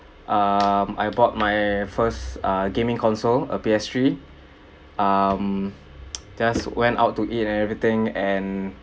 um I bought my first uh gaming console a P_S three um just went out to eat and everything and